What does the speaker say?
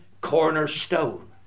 cornerstone